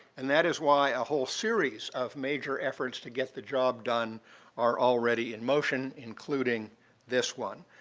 and that is why a whole series of major efforts to get the job done are already in motion, including this one.